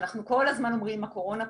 כשאנחנו כל הזמן אומרים: הקורונה פה,